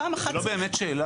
זו לא באמת שאלה,